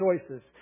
choices